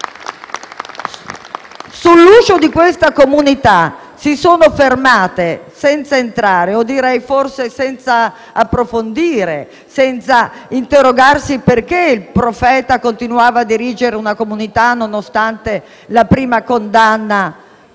FI-BP)*. Sull'uscio di questa comunità ci si è fermati senza entrare, o forse senza approfondire, senza interrogarsi sul perché il «profeta» continuava a dirigere una comunità nonostante la prima condanna